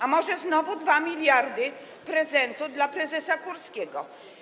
A może znowu 2 mld prezentu dla prezesa Kurskiego?